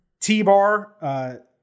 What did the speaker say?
T-Bar